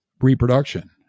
reproduction